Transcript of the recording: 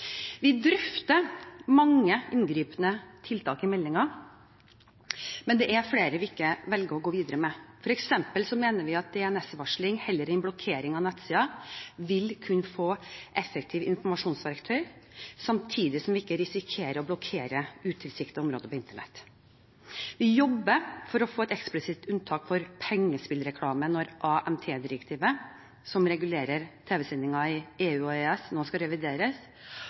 Vi drøfter mange inngripende tiltak i meldingen, men det er flere vi ikke velger å gå videre med. For eksempel mener vi at DNS-varsling heller enn blokkering av nettsider vil kunne fungere som et effektivt informasjonsverktøy, samtidig som vi ikke risikerer å blokkere utilsiktet områder på internett. Vi jobber for å få et eksplisitt unntak for pengespillreklame når AMT-direktivet, som regulerer tv-sendinger i EU og EØS, nå skal revideres,